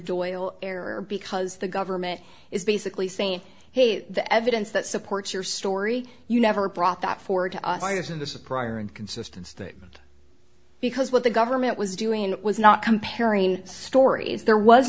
of error because the government is basically saying hey the evidence that supports your story you never brought that forward to us why isn't this a prior inconsistent statement because what the government was doing was not comparing stories there was